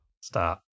Stop